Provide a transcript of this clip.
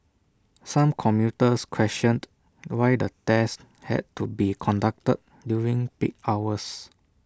some commuters questioned why the tests had to be conducted during peak hours